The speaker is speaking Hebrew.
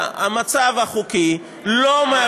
מי נגד?